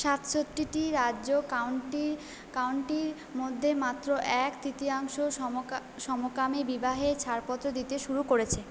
সাতষট্টিটি রাজ্য কাউন্টির কাউন্টির মধ্যে মাত্র এক তৃতীয়াংশ সমকামী বিবাহের ছাড়পত্র দিতে শুরু করেছে